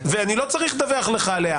ואני לא צריך לדווח עליה.